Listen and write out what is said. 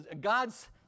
God's